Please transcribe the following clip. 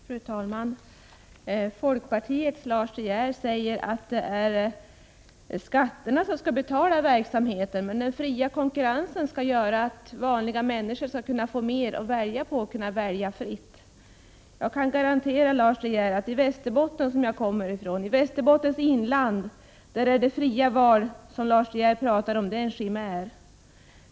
Fru talman! Folkpartiets Lars De Geer säger att det är skatterna som betalar verksamheten och att fri konkurrens gör att vanliga människor kan få mer och kan välja fritt. Jag kan garantera Lars De Geer att i Västerbottens inland, varifrån jag kommer, är det fria val som Lars De Geer talar om en schimär.